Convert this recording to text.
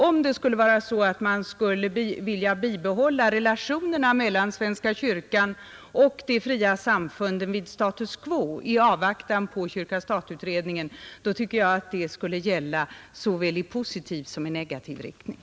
Om man skulle vilja bibehålla relationerna mellan svenska kyrkan och de fria samfunden vid status quo i avvaktan på beredningen om stat och kyrka, då tycker jag att det borde gälla såväl i positiv som i negativ riktning.